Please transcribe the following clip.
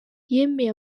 yemeye